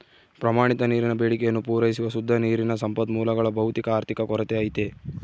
ಪ್ರಮಾಣಿತ ನೀರಿನ ಬೇಡಿಕೆಯನ್ನು ಪೂರೈಸುವ ಶುದ್ಧ ನೀರಿನ ಸಂಪನ್ಮೂಲಗಳ ಭೌತಿಕ ಆರ್ಥಿಕ ಕೊರತೆ ಐತೆ